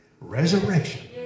Resurrection